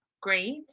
great